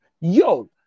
yo